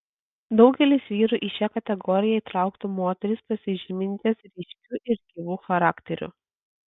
daugelis vyrų į šią kategoriją įtrauktų moteris pasižyminčias ryškiu ir gyvu charakteriu